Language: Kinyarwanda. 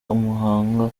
umuhanga